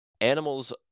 animals